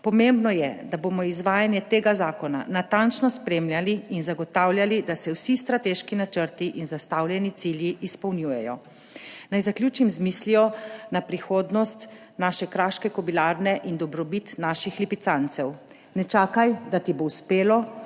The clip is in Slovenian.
Pomembno je, da bomo izvajanje tega zakona natančno spremljali in zagotavljali, da se vsi strateški načrti in zastavljeni cilji izpolnjujejo. Naj zaključim z mislijo na prihodnost naše kraške kobilarne in dobrobit naših lipicancev – ne čakaj, da ti bo uspelo,